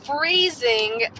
Freezing